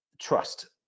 trust